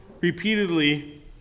repeatedly